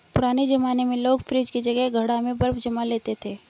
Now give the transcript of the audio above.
पुराने जमाने में लोग फ्रिज की जगह घड़ा में बर्फ जमा लेते थे